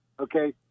Okay